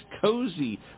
cozy